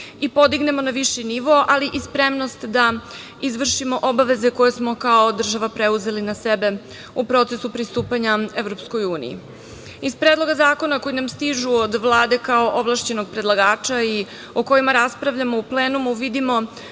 i podignemo na viši nivo, ali i spremnost da izvršimo obaveze koje smo kao država preuzeli na sebe u procesu pristupanja EU.Iz predloga zakona koji nam stižu od Vlade kao ovlašćenog predlagača i o kojima raspravljamo u plenumu vidimo